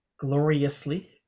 Gloriously